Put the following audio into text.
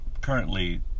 currently